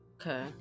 Okay